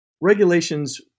regulations